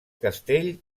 castell